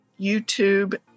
YouTube